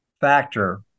factor